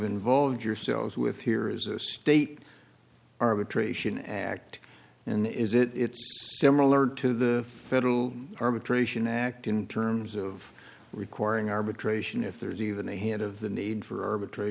involved yourselves with here is a state arbitration act in is it it's similar to the federal arbitration act in terms of requiring arbitration if there's even a hint of the need for betray